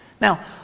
Now